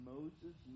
Moses